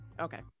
Okay